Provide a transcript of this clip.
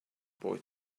boy